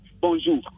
bonjour